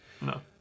No